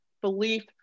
belief